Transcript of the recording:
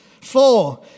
Four